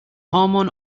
hormone